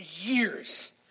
years